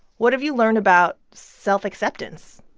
what have you learned about self-acceptance.